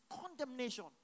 condemnation